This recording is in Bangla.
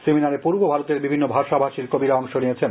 সেমিনারে পূর্ব ভারতের বিভিন্ন ভাষাভাষির কবিরা অংশ নিয়েছেন